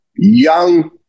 Young